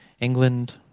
England